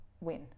win